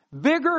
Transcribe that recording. bigger